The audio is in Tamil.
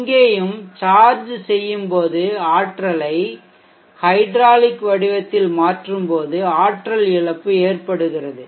இங்கேயும் சார்ஜ் செய்யும் போது ஆற்றலை ஹைட்ராலிக் வடிவத்தில் மாற்றும்போது ஆற்றல் இழப்பு ஏற்படுகிறது